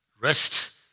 rest